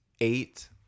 eight